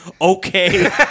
okay